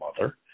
mother